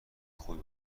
خوبی